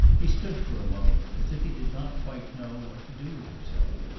he stood for a moment as if he did not quite know what to do with himself.